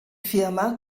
firma